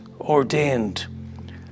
ordained